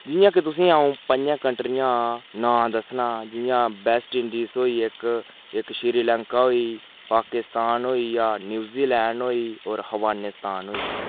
जियां कि तुसेंगी अ'ऊं पंजें कंट्रियां नांऽ दस्सना जियां बेस्ट इंडीज होई इक इक श्रीलंका होई पाकिस्तान होई गेआ न्यूज़ीलैंड होई होर अफगानिस्तान होई गेआ